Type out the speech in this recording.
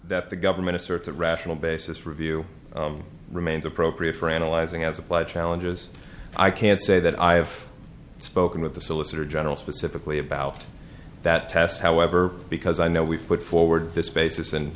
that the government asserts a rational basis review remains appropriate for analyzing as applied challenges i can't say that i have spoken with the solicitor general specifically about that test however because i know we've put forward this basis and